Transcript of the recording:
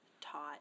taught